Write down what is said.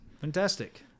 fantastic